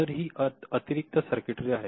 तर ही अतिरिक्त सर्किटरी आहेत